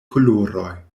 koloroj